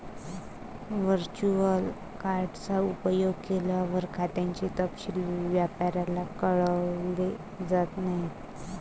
virtual card चा उपयोग केल्यावर, खात्याचे तपशील व्यापाऱ्याला कळवले जात नाहीत